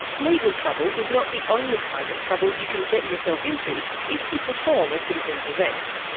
legal trouble is not the only kind of trouble you can get yourself into if you perform a citizen's arrest.